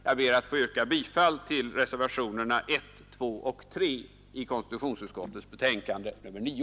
Jag ber att få yrka bifall till reservationerna 1, 2 och 3 vid konstitutionsutskottets betänkande nr 9.